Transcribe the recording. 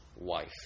wife